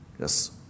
yes